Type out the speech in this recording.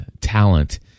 talent